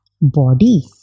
body